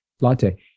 latte